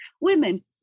Women